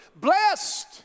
Blessed